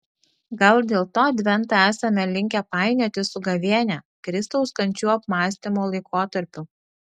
gal dėl to adventą esame linkę painioti su gavėnia kristaus kančių apmąstymo laikotarpiu